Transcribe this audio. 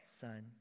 Son